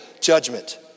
judgment